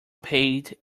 paid